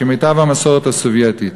כמיטב המסורת הסובייטית.